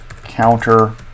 counter